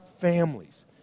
families